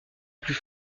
plus